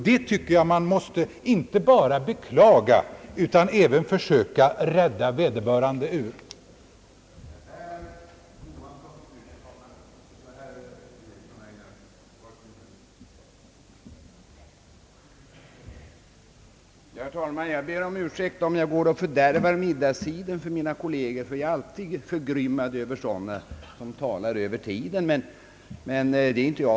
Det tycker jag att man måste inte bara beklaga utan även försöka rädda vederbörande ur den fällan.